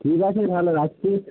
ঠিক আছে তাহলে রাখছি